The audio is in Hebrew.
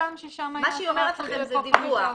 מה שהיא אומרת לכם, זה דיווח.